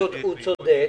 יהודית וחרדית במשרד החינוך